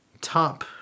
top